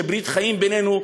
יש ברית חיים בינינו.